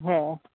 হ্যাঁ